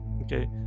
okay